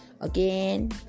Again